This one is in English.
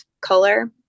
color